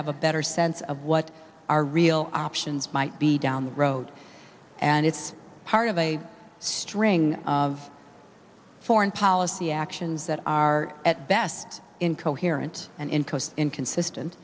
have a better sense of what our real options might be down the road and it's part of a string of foreign policy actions that are at best incoherent and in